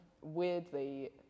weirdly